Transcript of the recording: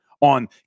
on